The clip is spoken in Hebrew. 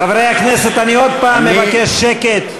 חברי הכנסת, אני עוד פעם מבקש שקט.